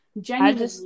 genuinely